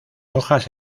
hojas